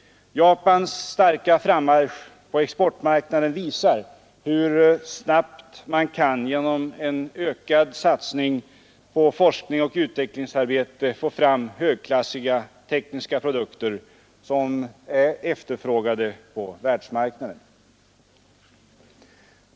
Japans starka frammarsch på exportmarknaden visar hur snabbt man kan genom en ökad satsning på forskningsoch utvecklingsarbete få fram högklassiga tekniska produkter som är efterfrågade på världsmarknaden.